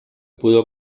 pudo